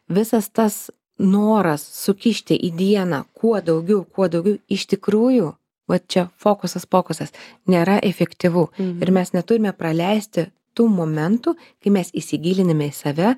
visas tas noras sukišti į dieną kuo daugiau kuo daugiau iš tikrųjų vat čia fokusas pokusas nėra efektyvu ir mes neturime praleisti tų momentų kai mes įsigilinime į save